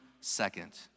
second